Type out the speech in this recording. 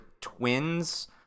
twins